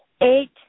eight